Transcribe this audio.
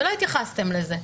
ולא התייחסתם לזה.